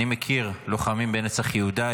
אני מכיר לוחמים בנצח יהודה,